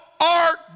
art